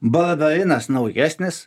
baradarinas naujesnis